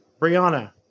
Brianna